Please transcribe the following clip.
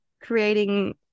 creating